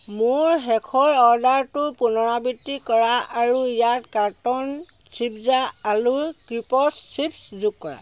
মোৰ শেষৰ অৰ্ডাৰটোৰ পুনৰাবৃত্তি কৰা আৰু ইয়াত কাৰ্টন চিপ্জা আলুৰ ক্ৰিপছ চিপ্ছ যোগ কৰা